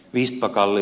vistbackalle